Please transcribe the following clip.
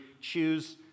choose